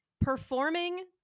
performing